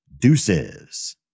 Deuces